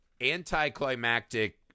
anticlimactic